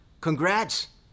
Congrats